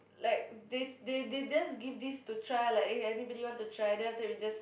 like they they they just give this to try like eh anybody want to try then after that we just